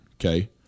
okay